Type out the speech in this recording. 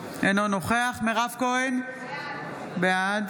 אינו נוכח מירב כהן, בעד